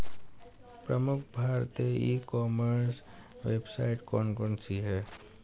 प्रमुख भारतीय e commerce website कौन कौन सी हैं?